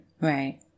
Right